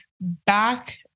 back